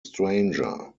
stranger